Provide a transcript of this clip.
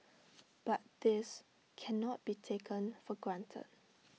but this cannot be taken for granted